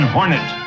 Hornet